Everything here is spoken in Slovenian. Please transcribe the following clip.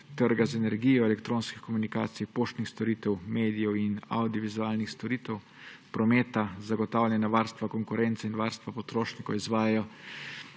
trga z energijo, elektronskih komunikacij, poštnih storitev, medijev in avdiovizualnih storitev, prometa. Zagotavljanje varstva konkurence in varstva potrošnikov izvajajo